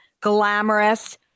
glamorous